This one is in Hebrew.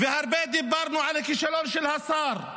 דיברנו הרבה על הכישלון של השר,